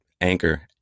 Anchor